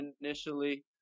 initially